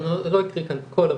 אני לא אקריא כאן את הכול,